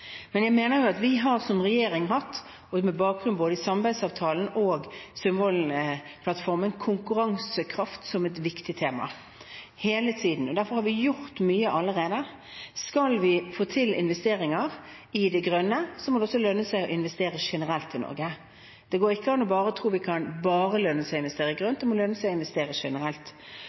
Men jeg mener jo at vi som regjering – og med bakgrunn både i samarbeidsavtalen og Sundvolden-plattformen – har hatt konkurransekraft som et viktig tema hele tiden, og derfor har vi gjort mye allerede. Skal vi få til investeringer i de grønne næringene, så må det også lønne seg å investere generelt i Norge. Det går ikke an å tro at det bare må lønne seg å investere